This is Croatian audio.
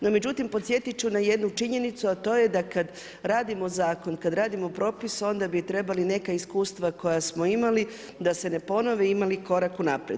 No međutim podsjetit ću na jednu činjenicu, a to je kada radimo zakon, kada radimo propis onda bi trebali neka iskustva koja smo imali da se ne ponovi, imali korak unaprijed.